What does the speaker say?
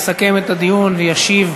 יסכם את הדיון וישיב